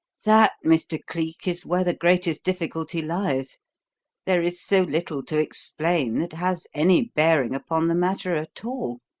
that, mr. cleek, is where the greatest difficulty lies there is so little to explain that has any bearing upon the matter at all.